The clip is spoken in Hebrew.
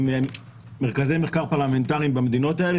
מרכזי מחקר פרלמנטריים במדינות האלה,